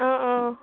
অ অ